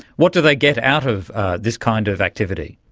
what do they get out of this kind of activity?